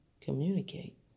Communicate